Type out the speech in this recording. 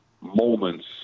moments